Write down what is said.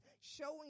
showing